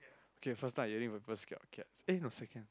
okay first time I heard people scared of cats eh no second